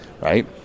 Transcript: Right